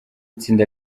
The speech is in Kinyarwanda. itsinda